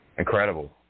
Incredible